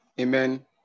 Amen